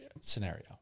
scenario